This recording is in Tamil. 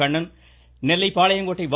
கண்ணன் நெல்லை பாளையங்கோட்டை வ